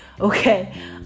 okay